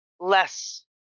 less